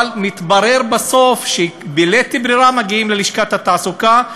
אבל מתברר בסוף שבלית ברירה מגיעים ללשכת התעסוקה,